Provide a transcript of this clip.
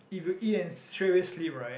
if you eat and straight away sleep right